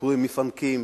ביקורים מפנקים.